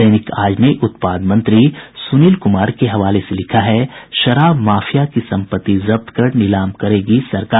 दैनिक आज ने उत्पाद मंत्री सुनील कुमार के हवाले से लिखा है शराब माफिया की संपत्ति जब्त कर नीलम करेगी सरकार